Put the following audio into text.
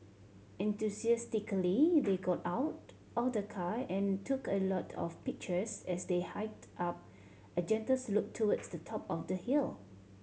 enthusiastically they got out of the car and took a lot of pictures as they hiked up a gentle slope towards the top of the hill